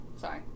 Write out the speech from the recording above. sorry